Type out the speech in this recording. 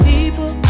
People